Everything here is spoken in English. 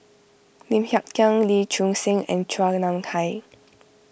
Lim Hng Kiang Lee Choon Seng and Chua Nam Hai